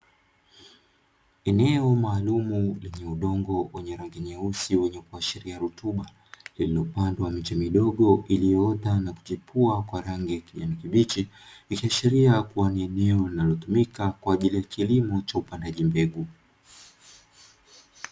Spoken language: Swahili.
Eneo maalumu lenye udongo wenye rangi nyeusi wenye kuashiria rutuba, lililopandwa miche midogo iliyoota na kuchipua kwa rangi ya kijani kibichi, ikiashiria kuwa ni eneo linalotumika kwa ajili ya kilimo cha upandaji mbegu.